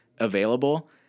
available